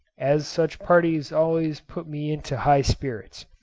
as such parties always put me into high spirits.